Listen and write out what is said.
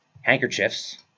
handkerchiefs